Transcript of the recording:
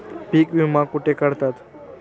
पीक विमा कुठे काढतात?